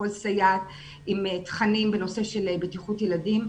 לכל סייעת עם תכנים בנושא של בטיחות ילדים,